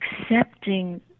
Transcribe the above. accepting